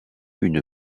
une